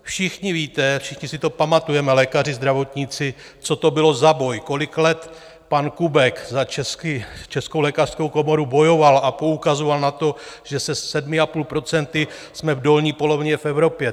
Všichni víte, všichni si to pamatujeme, lékaři, zdravotníci, co to bylo za boj, kolik let pan Kubek za Českou lékařskou komoru bojoval a poukazoval na to, že se 7,5 % jsme v dolní polovině v Evropě.